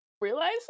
realize